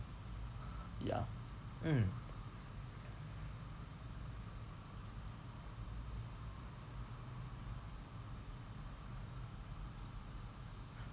ya mm